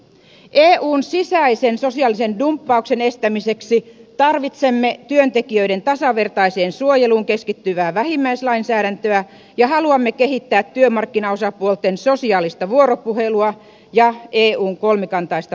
eun sisäisen sosiaalisen dumppauksen estämiseksi tarvitsemme työntekijöiden tasavertaiseen suojeluun keskittyvää vähimmäislainsäädäntöä ja haluamme kehittää työmarkkinaosapuolten sosiaalista vuoropuhelua ja eun kolmikantaista valmistelua